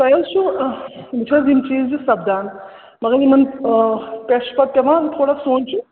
تۄہہِ حظ چھُو یِم چھِو حظ یِم چیٖز یہِ سَپدان مگر یِمَن تۄہہِ چھُکا پٮ۪وان تھوڑا سونٛچُن